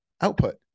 output